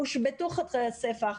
הושבתו חדרי הספח.